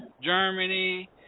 Germany